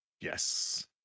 Yes